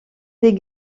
des